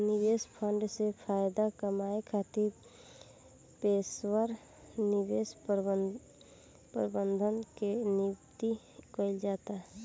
निवेश फंड से फायदा कामये खातिर पेशेवर निवेश प्रबंधक के नियुक्ति कईल जाता